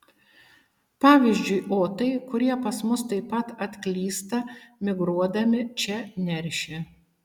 pavyzdžiui otai kurie pas mus taip pat atklysta migruodami čia neršia